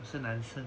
是男生